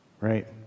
Right